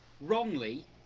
wrongly